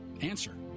Answer